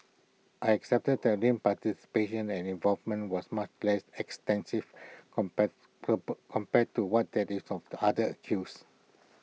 I accepted that Lim's participation and involvement was much less extensive compare compare to what that is of the other accused